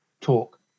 talk